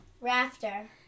rafter